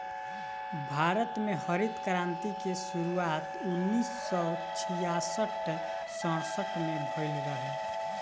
भारत में हरित क्रांति के शुरुआत उन्नीस सौ छियासठ सड़सठ में भइल रहे